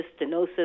stenosis